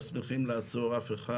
ואנחנו לא שמחים לעצור אף אחד.